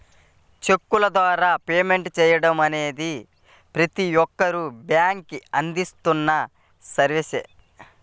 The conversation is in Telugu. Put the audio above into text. చెక్కుల ద్వారా పేమెంట్ చెయ్యడం అనేది ప్రతి ఒక్క బ్యేంకూ అందిస్తున్న సర్వీసే